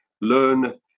learn